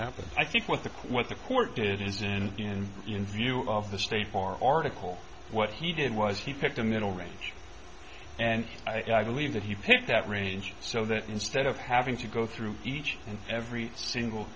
happen i think what the quote the court did is in in view of the state bar article what he did was he picked a middle range and i believe that he picked that range so that instead of having to go through each and every single